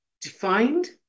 defined